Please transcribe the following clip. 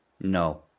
No